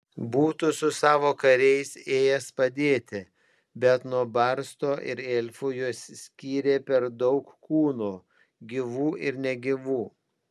būtų su savo kariais ėjęs padėti bet nuo barsto ir elfų juos skyrė per daug kūnų gyvų ir negyvų